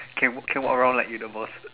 can walk can walk around like you the boss